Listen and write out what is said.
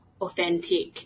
authentic